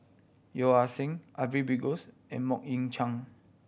Yeo Ah Seng Ariff Bongso and Mok Ying Jang